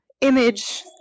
image